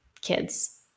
kids